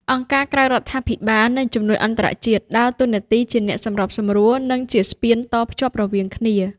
អង្គការក្រៅរដ្ឋាភិបាល និងជំនួយអន្តរជាតិដើរតួនាទីជាអ្នកសម្របសម្រួល និងជាស្ពានតភ្ជាប់រវាងគ្នា។